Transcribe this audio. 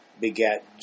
begat